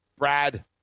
Brad